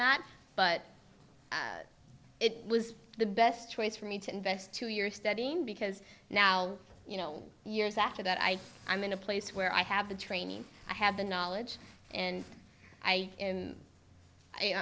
that but it was the best choice for me to invest two years studying because now you know years after that i am in a place where i have the training i have the knowledge and i and i